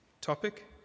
topic